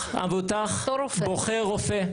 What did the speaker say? המבוטח בוחר רופא.